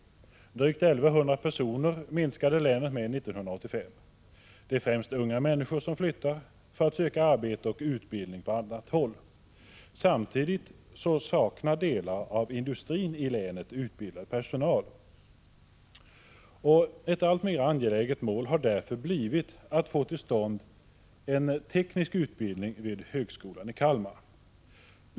Länets befolkning minskade med drygt 1 100 personer under 1985. Det är främst unga människor som flyttar för att få arbete och utbildning. Samtidigt 167 saknar delar av industrin i länet utbildad personal. Ett alltmera angeläget mål har därför blivit att få till stånd en teknisk utbildning vid högskolan i Kalmar.